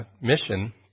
mission